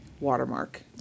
watermark